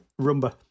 Rumba